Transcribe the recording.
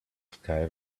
sky